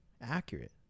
accurate